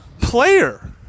player